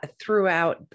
throughout